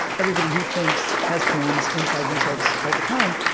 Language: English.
everybody who thinks has poems inside themselves all the time.